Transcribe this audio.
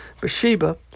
Bathsheba